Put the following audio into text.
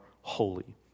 holy